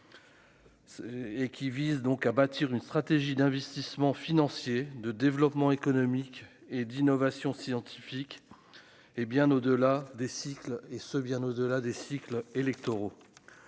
Et qui vise donc à bâtir une stratégie d'investissement financier de développement économique et d'innovation scientifique et bien au-delà des cycles et ce bien au-delà des cycles électoraux